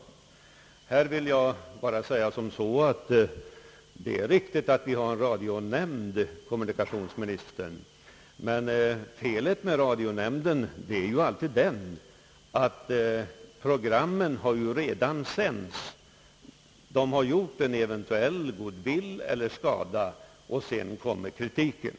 Här vill jag bara säga att det är riktigt att vi har en radionämnd, kommunikationsministern, men felet med radionämnden är ju alltid att programmen redan har sänts. De har skapat en eventuell good-will eller gjort skada, och sedan kommer kritiken.